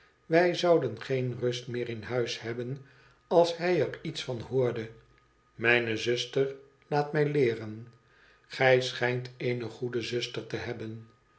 wij zouden geen rust meer in huis hebben als hij er iets van hoorde mijne zuster laat m leeren igij schijnt eene goede zuster te hebben